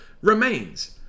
remains